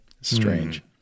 strange